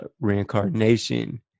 reincarnation